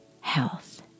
health